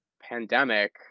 pandemic